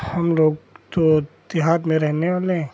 हम लोग तो देहात में रहने वाले हैं